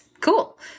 Cool